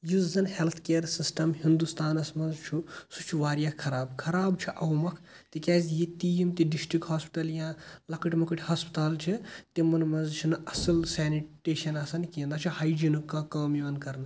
یُس زَن health care system ہِنٛدُستانَس منٛز چھُ سُہ چھُ واریاہ خَراب خَراب چھُ اَومۄکھ تِکیازِ ییٚتہِ تہِ یِم تہِ ڈِسٹِک ہاسپِٹَل یا لۄکٕٹۍ مۄکٕٹۍ ہَسپَتال چھِ تِمن منٛز چھِنہٕ اصٕل سینِٹیشن آسان کیٚنٛہہ نہ چھ ہایجیٖنُک کانٛہہ کٲم یِوان کَرنہٕ